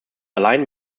allein